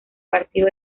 partido